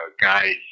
guys